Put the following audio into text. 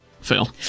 Fail